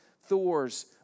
Thor's